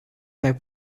mai